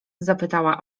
zapytała